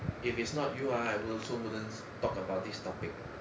if it's not you ah I will also wouldn't talk about this topic